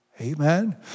Amen